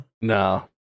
No